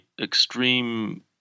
extreme